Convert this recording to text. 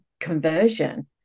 conversion